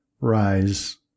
rise